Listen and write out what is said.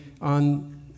on